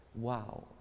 wow